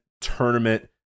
tournament